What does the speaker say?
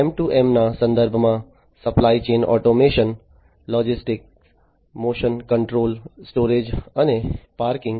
M2M ના સંદર્ભમાં supply chain automation logistics motion control storage અને પાર્કિંગ